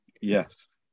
Yes